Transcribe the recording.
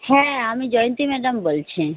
হ্যাঁ আমি জয়ন্তী ম্যাডাম বলছি